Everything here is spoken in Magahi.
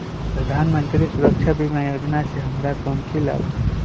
प्रधानमंत्री सुरक्षा बीमा योजना से हमरा कौचि लाभ होतय?